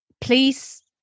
please